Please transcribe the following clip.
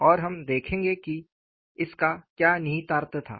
और हम देखेंगे कि इसका क्या निहितार्थ था